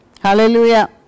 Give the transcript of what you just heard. Hallelujah